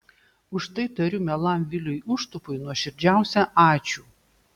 už tai tariu mielam viliui užtupui nuoširdžiausią ačiū